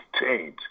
change